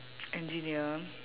engineer